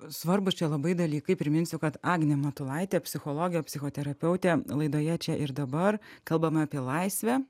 svarbūs čia labai dalykai priminsiu kad agnė matulaitė psichologė psichoterapeutė laidoje čia ir dabar kalbam apie laisvę